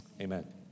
amen